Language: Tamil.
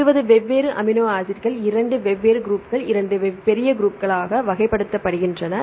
எனவே 20 வெவ்வேறு அமினோ ஆசிட்கள் 2 வெவ்வேறு குரூப்களுக்கு 2 பெரிய குரூப்களாக வகைப்படுத்தப்படுகின்றன